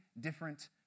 different